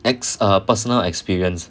ex~ uh personal experience